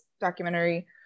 documentary